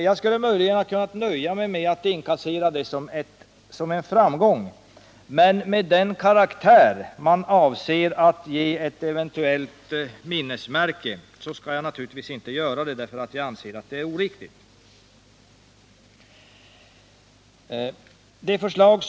Jag skulle möjligen ha kunnat nöja mig med att inkassera detta som en framgång, men med den karaktär man avser att ge ett eventuellt minnesmärke kan jag naturligtvis inte göra det, eftersom jag anser att det är oriktigt.